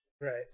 right